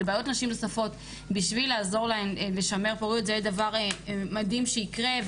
לבעיות נוספות של נשים כדי לעזור להן לשמר פוריות זה דבר מדהים שיקרה,